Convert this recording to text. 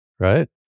Right